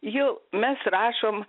jau mes rašom